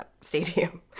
stadium